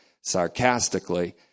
sarcastically